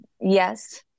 Yes